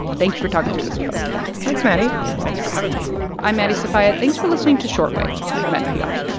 thank you for talking through this with us today thanks, maddie yeah, thanks for having me i'm maddie sofia. thanks for listening to short wave from npr